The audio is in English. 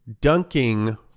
dunking